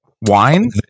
wine